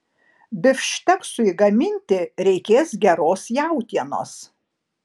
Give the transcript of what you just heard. bifšteksui gaminti reikės geros jautienos